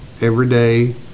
everyday